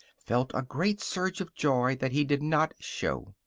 felt a great surge of joy that he did not show.